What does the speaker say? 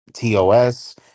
tos